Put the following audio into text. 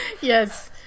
Yes